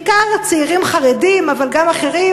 בעיקר צעירים חרדים אבל גם אחרים,